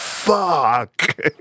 Fuck